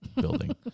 building